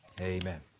Amen